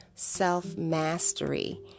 self-mastery